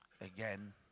again